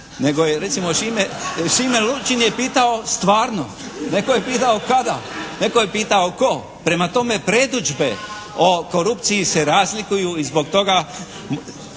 Nego je recimo Šime Lučin je pitao, stvarno? Netko je pitao kada? Netko je pitao tko? Prema tome, predodžbe o korupciji se razlikuju i zbog toga